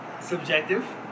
Subjective